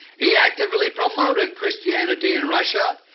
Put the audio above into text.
he actively promoted christianity in russia,